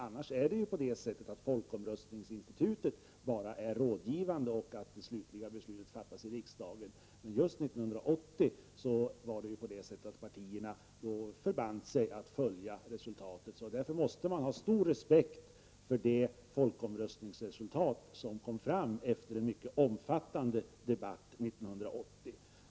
Annars är folkomröstningsinstitutet bara rådgivande, och det slutgiltiga beslutet fattas av riksdagen. Men just 1980 förband sig alltså partierna att följa resultatet. Därför måste man ha stor respekt för det folkomröstningsresultat som kom fram efter en mycket omfattande debatt.